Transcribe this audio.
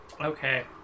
Okay